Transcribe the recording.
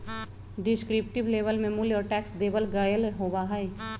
descriptive label में मूल्य और टैक्स देवल गयल होबा हई